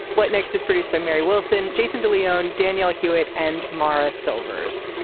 what next is produced by mary wilson jason de leone daniel hewett and maurice silvers.